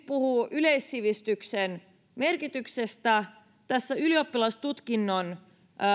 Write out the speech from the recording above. puhuu nyt yleissivistyksen merkityksestä tässä ylioppilastutkinnon